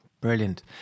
Brilliant